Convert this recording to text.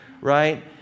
right